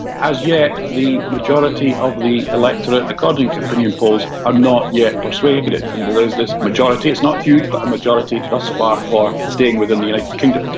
as yet the majority of the electorate, according to opinion polls, are not yet persuaded. and there's this majority, it's not huge, but a majority thus far for staying within the united kingdom.